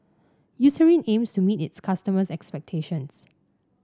Eucerin aims to meet its customers' expectations